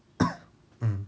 mm